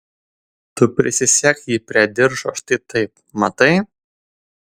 tu prisisek jį prie diržo štai taip matai